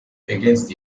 against